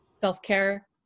self-care